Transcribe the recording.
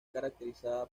caracterizada